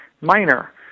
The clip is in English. minor